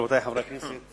רבותי חברי הכנסת,